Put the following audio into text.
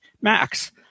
Max